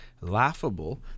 laughable